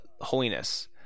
holiness